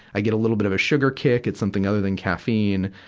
i get a little bit of a sugar kick, it something other than caffeine.